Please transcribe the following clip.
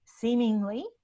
seemingly